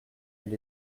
elle